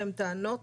שהן טענות